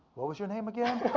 what was your name again?